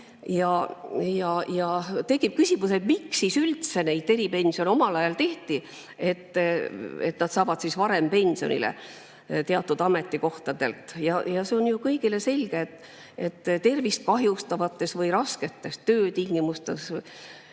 Tekib küsimus, miks üldse neid eripensione omal ajal tehti, et nad saavad varem pensionile teatud ametikohtadelt. See on ju kõigile selge, et [töötamine] tervist kahjustavates või rasketes töötingimustes või